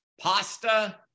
pasta